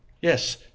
Yes